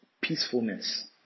peacefulness